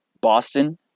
Boston